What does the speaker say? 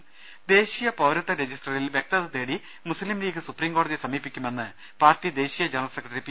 രദ്ദേഷ്ടങ ദേശീയ പൌരത്വ രജിസ്റ്ററിൽ വ്യക്തത തേടി മുസ് ലിംലീഗ് സുപ്രീംകോടതിയെ സമീപിക്കുമെന്ന് പാർട്ടി ദേശീയ ജനറൽ സെക്രട്ടറി പി